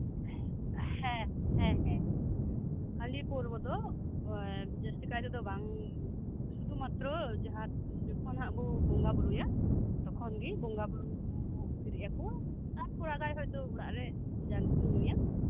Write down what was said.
ᱦᱮ ᱦᱮᱸ ᱦᱟᱸᱰᱤ ᱯᱟᱹᱣᱨᱟᱹ ᱫᱚ ᱡᱟᱹᱥᱛᱤ ᱠᱟᱭᱛᱮ ᱥᱩᱫᱷᱩ ᱢᱟᱛᱨᱚ ᱡᱚᱠᱷᱚᱱ ᱦᱟᱜ ᱵᱚᱱ ᱵᱚᱸᱜᱟ ᱵᱩᱨᱩᱭᱟ ᱛᱚᱠᱷᱚᱱᱜᱮ ᱵᱚᱸᱜᱟ ᱵᱩᱨᱩ ᱵᱮᱨᱮᱫ ᱟᱠᱚ ᱛᱟᱨᱯᱚᱨ ᱛᱟᱸᱦᱮᱱ ᱠᱷᱟᱡ ᱫᱚ ᱚᱲᱟᱜ ᱨᱮᱱ ᱦᱚᱲ ᱠᱚ ᱧᱩᱭᱟ